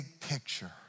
picture